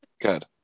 good